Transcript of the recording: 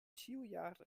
ĉiujare